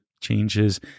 changes